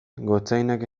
gotzainak